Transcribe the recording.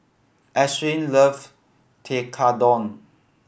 Ashlynn loves Tekkadon